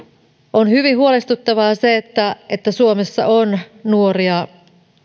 on hyvin huolestuttavaa se että että suomessa on nuoria